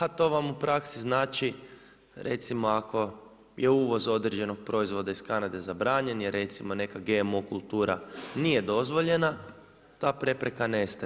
A to vam u praksi znači, recimo ako je uvoz određenog proizvoda iz Kanade zabranjen, jer recimo neka GMO kultura nije dozvoljena, ta prepreka nestaje.